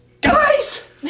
Guys